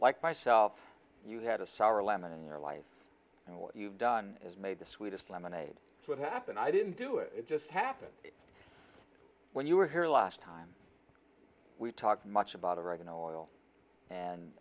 like myself you had a sour lemon in your life and what you've done is made the sweetest lemonade what happened i didn't do it it just happened when you were here last time we talked much about a right an oil and